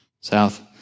south